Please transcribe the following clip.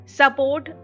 support